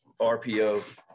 RPO